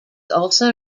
also